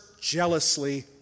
jealously